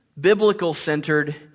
biblical-centered